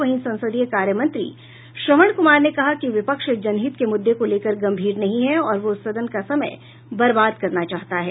वहीं संसदीय कार्य मंत्री श्रवण कुमार ने कहा कि विपक्ष जनहित के मूददे को लेकर गंभीर नहीं है और वह सदन का समय बर्बाद करना चाहता है